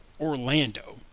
Orlando